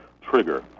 Trigger